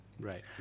Right